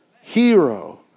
hero